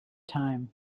time